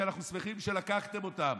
שאנחנו שמחים שלקחתם אותם,